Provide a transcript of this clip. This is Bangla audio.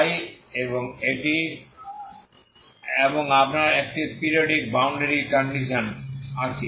তাই এবং এটি এবং আপনার একটি পিরিয়ডিক বাউন্ডারি কন্ডিশনস আছে